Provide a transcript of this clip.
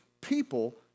people